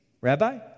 Rabbi